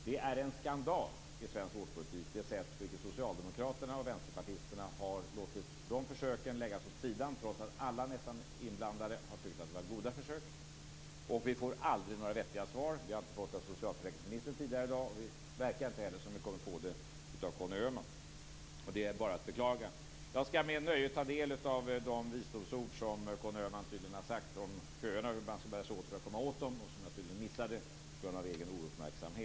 Det är en skandal i svensk vårdpolitik det sätt på vilket socialdemokraterna och vänsterpartisterna har lagt dessa försök åt sidan, trots att nästan alla inblandade har tyckt att det var goda försök. Vi får aldrig några vettiga svar. Vi har inte fått det från socialförsäkringsministern tidigare i dag, och det verkar inte heller som vi kommer att få det från Conny Öhman. Det är bara att beklaga. Jag skall med nöje ta del av de visdomsord som Conny Öhman tydligen har sagt om hur man skall bära sig åt för att komma till rätta med köerna, vilket jag missade på grund av egen ouppmärksamhet.